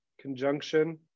conjunction